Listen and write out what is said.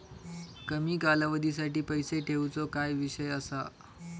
कमी कालावधीसाठी पैसे ठेऊचो काय विषय असा?